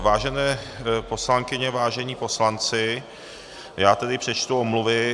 Vážené poslankyně, vážení poslanci, já tedy přečtu omluvy.